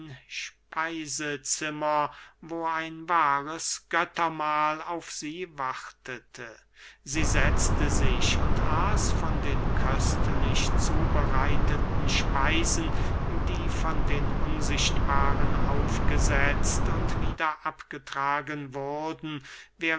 speisezimmer wo ein wahres göttermahl auf sie wartete sie setzte sich und aß von den köstlich zubereiteten speisen die von den unsichtbaren aufgesetzt und wieder abgetragen wurden